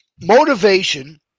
motivation